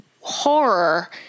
horror